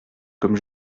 comme